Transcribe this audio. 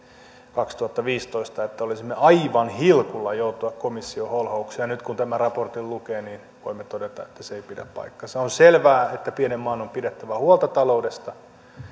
kaksituhattaviisitoista että olisimme aivan hilkulla joutua komission holhoukseen nyt kun tämän raportin lukee niin voimme todeta että se ei pidä paikkaansa on selvää että pienen maan on pidettävä huolta taloudesta